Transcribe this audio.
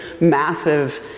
massive